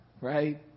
Right